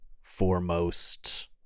foremost